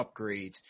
upgrades